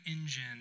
engine